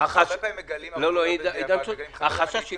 החשש של